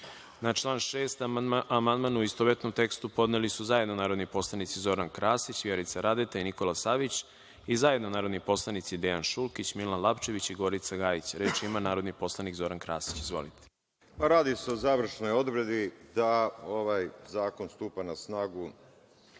član 6. amandman, u istovetnom tekstu, podneli su zajedno narodni poslanici Zoran Krasić, Vjerica Radeta i Nikola Savić i zajedno narodni poslanici Dejan Šulkić, Milan Lapčević i Gorica Gajić. Reč ima narodni poslanik Zoran Krasić. Izvolite. **Zoran Krasić** Radi se o završnoj odredbi da ovaj zakon stupa na snagu